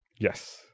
Yes